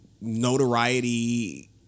notoriety